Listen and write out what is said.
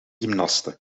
gymnaste